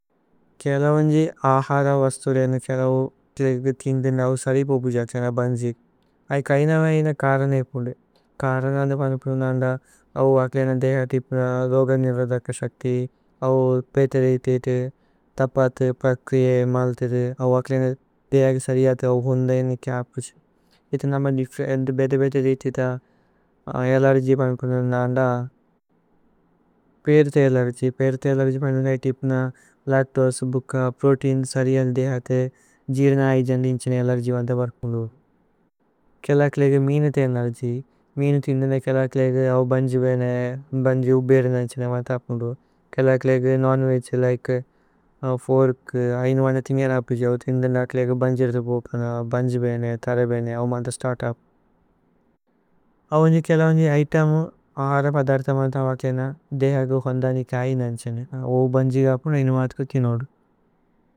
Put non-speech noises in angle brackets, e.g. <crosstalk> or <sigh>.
കേഅലവന്ജി ആഹര വസ്തു രേയ്ന കേഅലൌ ക്ലിഗ് തിന്ദിനൌ। സരിപു ബുജ കേഅലന ബന്ജി അഏ കൈന വേയ്ന കാരന ഏ। ഫുന്ദു കാരന അധ ബനു ഫുന്ദു നാന്ദ ഔ അക്ലേഅന। ദേഹ തിപ്ന ലോഗ നിരോദക ശക്തി ഔ പേത രേയ്തേ തേ। തപത് പ്രക്രിയേ മല്തേ തേ ഔ അക്ലേഅന ദേഹ ക സരിയത। ഔ ഭുന്ദ ഏനി ചപ് <hesitation> ഇഥ നമ ബേദ ബേദ। രേയ്തേ ഇഥ അലേര്ഗ്യ് ബനു ഫുന്ദു നാന്ദ പീരഥേ അല്ലേര്ഗ്യ്। പീരഥേ അലേര്ഗ്യ് ബനു രേയ്തേ തിപ്ന ലക്തോഅസ് ബുക പ്രോതേഇന്। സരിയത ദേഹതേ ജീരന ആയിജന്ദി ഏനി ഛന അല്ലേര്ഗ്യ്। ബന്ദ ഭന്ദ ഫുന്ദു കേഅല ക്ലിഗ് മീനഥേ അലേര്ഗ് മീനഥേ। തിന്ദിനൌ കേഅല ക്ലിഗ് ഔ ബന്ജി ബേന ബന്ജി ഉബേരന ഛന। ഭന്ദ ഫുന്ദു കേഅല ക്ലിഗ് നോന് വേഗ് ലികേ ഫോര്ക് ഐന ബന്ദ। തിന്ദിനൌ അപുജ ഔ തിന്ദിനൌ ക്ലിഗ് ബന്ജി അരിഥ ബോപന। ബന്ജി ബേന ഥര ബേന ഔമന്ദ സ്തര്ത് ഉപ് ഔ അന്ജി കേഅല। അന്ജി ഇതേമു അഹര പദര്ഥ മതവ ഛന ദേഹതു ഫുന്ദനി। കായി നന്ദ് ഛന ഔ ബന്ജി ഗപുന ഇനുമദ്കു തിനോദു।